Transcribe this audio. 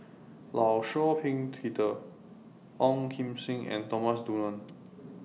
law Shau Ping Peter Ong Kim Seng and Thomas Dunman